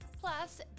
plus